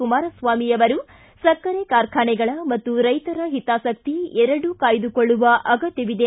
ಕುಮಾರಸ್ವಾಮಿ ಅವರು ಸಕ್ಕರೆ ಕಾರ್ಖಾನೆಗಳ ಮತ್ತು ರೈತರ ಹಿತಾಸಕ್ತಿ ಎರಡೂ ಕಾಯ್ದುಕೊಳ್ಳುವ ಅಗತ್ತವಿದೆ